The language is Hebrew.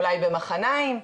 אולי במחניים,